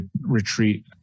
retreat